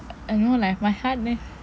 I know like my heart rate